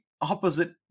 opposite